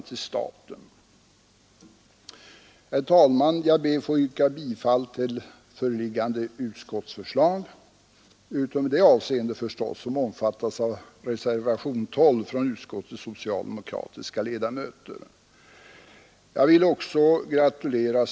Med här gjorda erinringar, där jag inte minst lägger vikt vid behovet att noga beakta erfarenheterna av denna lag, ansluter jag mig till föreliggande utskottsförslag, utom i avseende på den punkt som omfattas av reservationen 12 av utskottets socialdemokratiska ledamöter, där jag stöder reservationen.